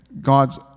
God's